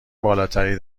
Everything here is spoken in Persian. بالاتری